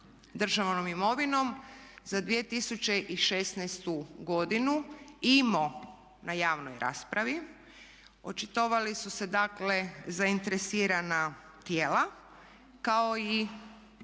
državnom imovinom za 2016. godinu imao na javnoj raspravi. Očitovali su se dakle zainteresirana tijela kao i